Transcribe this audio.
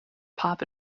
pop